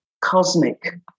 cosmic